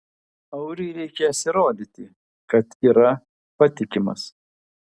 auriui reikės įrodyti kad yra patikimas